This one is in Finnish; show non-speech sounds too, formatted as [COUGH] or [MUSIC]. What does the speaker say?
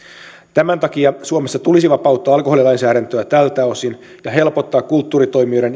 tämän takia suomessa tulisi vapauttaa alkoholilainsäädäntöä tältä osin ja helpottaa kulttuuritoimijoiden [UNINTELLIGIBLE]